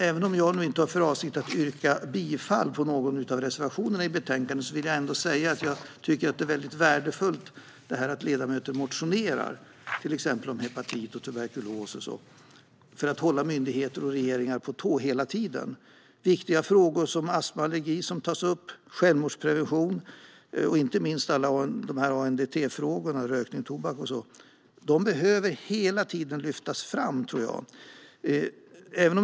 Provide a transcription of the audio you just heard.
Även om jag inte har för avsikt att yrka bifall till någon av reservationerna i betänkandet vill jag säga att jag tycker att det är väldigt värdefullt att ledamöter motionerar om till exempel hepatit och tuberkulos för att hela tiden hålla myndigheter och regeringen på tårna. Det är viktiga frågor som tas upp. Det handlar om astma och allergi, om självmordsprevention och inte minst om ANDT-frågor - rökning, tobak och så vidare. De frågorna behöver hela tiden lyftas fram, tror jag.